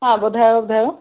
हा ॿुधायो ॿुधायो